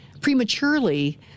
prematurely